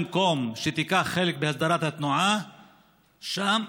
במקום שתיקח חלק בהסדרת התנועה שם,